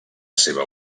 seva